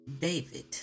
David